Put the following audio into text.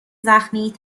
زخمی